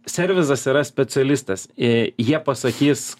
servizas yra specialistas i jie pasakys